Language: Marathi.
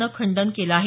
नं खंडन केलं आहे